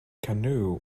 canoe